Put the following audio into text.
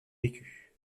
vécue